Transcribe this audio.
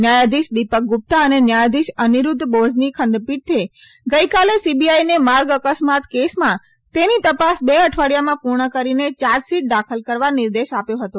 ન્યાયાધીશ દીપક ગુપ્તા અને ન્યાયાધીશ અનીરૂધ્ધ બોઝની ખંડપીઠે ગઈકાલે સીબીઆઈને માર્ગ અકસ્માત કેસમાં તેની તપાસ બે અઠવાડીયામાં પુર્ણ કરીને યાર્જશીટ દાખલ કરવા નિર્દેશ આપ્યો હતો